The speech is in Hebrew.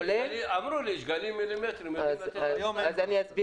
לא רק